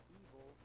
evil